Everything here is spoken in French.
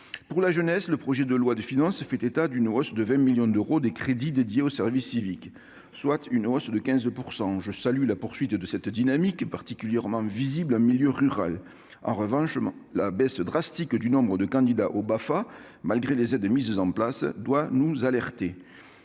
Pour la jeunesse, le projet de loi de finances fait état d'une progression de 20 millions d'euros des crédits dédiés au service civique, soit une hausse de 15 %. Je salue la poursuite de cette dynamique, particulièrement visible en milieu rural. En revanche, la baisse drastique du nombre de candidats au Bafa, malgré les aides mises en place, doit nous alerter.